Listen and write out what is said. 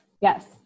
yes